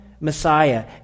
Messiah